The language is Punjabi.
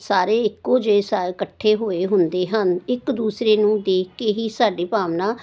ਸਾਰੇ ਇੱਕੋ ਜਿਹੇ ਸਾ ਇਕੱਠੇ ਹੋਏ ਹੁੰਦੇ ਹਨ ਇੱਕ ਦੂਸਰੇ ਨੂੰ ਦੇਖ ਕੇ ਹੀ ਸਾਡੀ ਭਾਵਨਾ